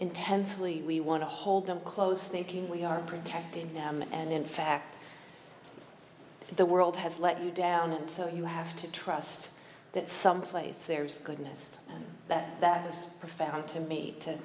intensely we want to hold them close thinking we are protecting them and in fact the world has let me down and so you have to trust that someplace there's goodness that that was profound to me to